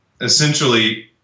essentially